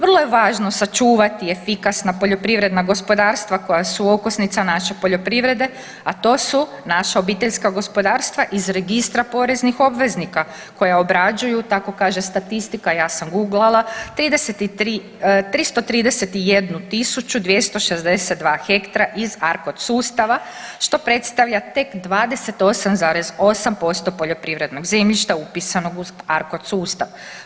Vrlo je važno sačuvati efikasna poljoprivredna gospodarstva koja su okosnica naše poljoprivrede, a to su naša obiteljska gospodarstva iz registra poreznih obveznika koja obrađuju tako kaže statistika ja sam goglala 331262 ha iz arcod sustava što predstavlja tek 28,8% poljoprivrednog zemljišta upisanog u arcod sustav.